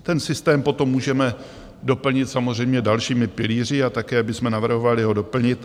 Ten systém potom můžeme doplnit samozřejmě dalšími pilíři a také bychom navrhovali ho doplnit.